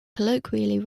colloquially